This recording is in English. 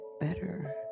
better